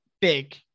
big